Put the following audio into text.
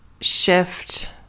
Shift